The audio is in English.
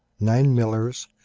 nine millers,